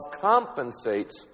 compensates